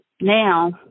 now